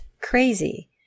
crazy